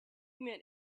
met